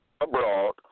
Abroad